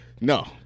No